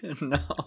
No